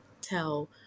tell